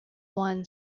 won